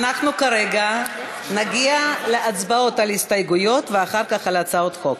אנחנו כרגע נגיע להצבעות על הסתייגויות ואחר כך על הצעות חוק.